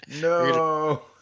No